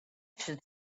should